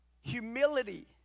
Humility